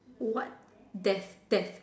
what what death death